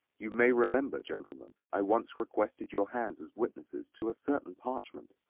you may remember, gentlemen, i once requested your hands as witnesses to a certain parchment.